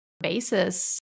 basis